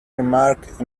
remarked